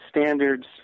standards